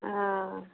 ओ